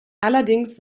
allerdings